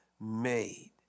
made